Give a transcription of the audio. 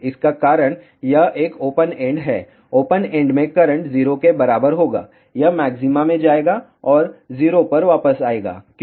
इसका कारण यह एक ओपन एंड है ओपन एंड में करंट 0 के बराबर होगा यह मैक्सिमा में जाएगा और 0 पर वापस आएगा क्यों